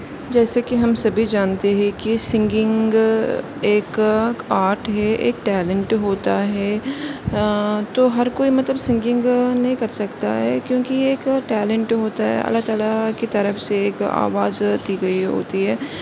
جیسے کہ ہم سبھی جانتے ہیں کہ سنگنگ ایک آرٹ ہے ایک ٹیلنٹ ہوتا ہے تو ہر کوئی مطلب سنگنگ نہیں کر سکتا ہے کیونکہ یہ ایک ٹیلنٹ ہوتا ہے اللہ تعالیٰ کی طرف سے ایک آواز دی گئی ہوتی ہے